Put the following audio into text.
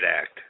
Act